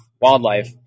wildlife